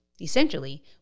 essentially